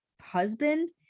husband